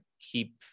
keep